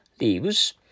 leaves